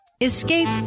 Escape